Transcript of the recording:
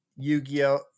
Yu-Gi-Oh